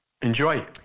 Enjoy